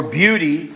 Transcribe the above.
beauty